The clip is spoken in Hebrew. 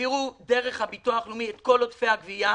העבירו דרך הביטוח הלאומי את כל עודפי הגבייה